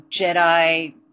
Jedi